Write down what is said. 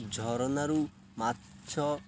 ଝରନାରୁ ମାଛ